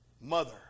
Mother